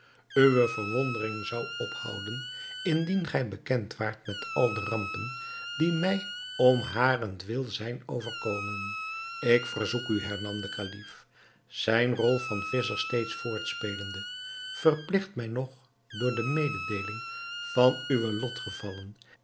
uwe verwondering zou ophouden indien gij bekend waart met al de rampen die mij om harentwil zijn overkomen ik verzoek u hernam de kalif zijne rol van visscher steeds voortspelende verpligt mij nog door de mededeeling van uwe